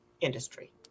industry